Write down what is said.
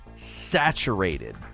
saturated